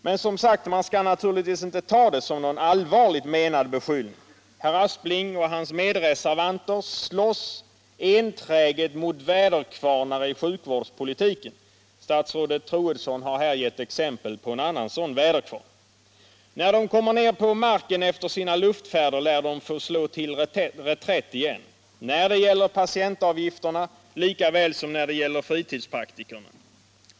Men man skall naturligtvis inte ta det som någon allvarligt menad beskyllning. Herr Aspling och hans medreservanter slåss enträget mot väderkvarnar i sjukvårdspolitiken. Statsrådet Troedsson har här gett exempel på en annan sådan här väderkvarn. När det gäller patientavgifterna och fritidspraktikerna lär de, när de kommer ner på marken efter sina laftfärder, få slå till reträtt igen.